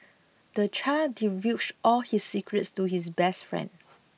the child divulged all his secrets to his best friend